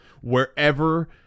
wherever